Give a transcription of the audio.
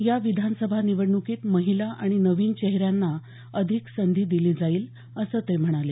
या विधानसभा निवडणुकीत महिला आणि नवीन चेहऱ्यांना अधिक संधी दिली जाईल असं ते म्हणाले